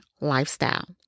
lifestyle